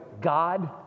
God